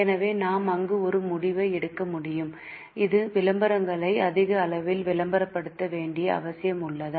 எனவே நாம் அங்கு ஒரு முடிவை எடுக்க முடியும் அது விளம்பரங்களை அதிக அளவில் விளம்பரப்படுத்த வேண்டிய அவசியம் உள்ளதா